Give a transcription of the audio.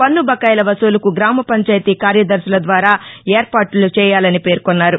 పన్ను బకాయిల వసూలుకు గ్రామ పంచాయతీ కార్యదర్శుల ద్వారా ఏర్పాట్ల చేయాలని పేర్కొన్నారు